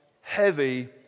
heavy